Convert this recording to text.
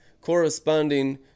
corresponding